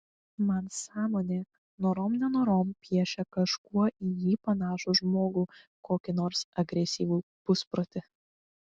man sąmonė norom nenorom piešia kažkuo į jį panašų žmogų kokį nors agresyvų pusprotį